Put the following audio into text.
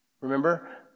Remember